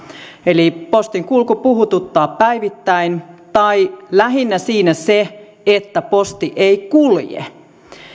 eli postinkulku puhututtaa päivittäin tai lähinnä siinä se että posti ei kulje